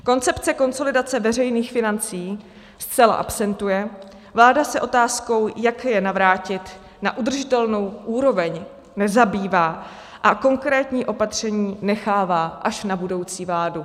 Koncepce konsolidace veřejných financí zcela absentuje, vláda se otázkou, jak je navrátit na udržitelnou úroveň, nezabývá a konkrétní opatření nechává až na budoucí vládu.